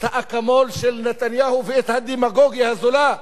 את האקמול של נתניהו ואת הדמגוגיה הזולה,